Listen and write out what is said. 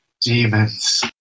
Demons